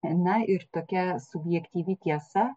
a ne ir tokia subjektyvi tiesa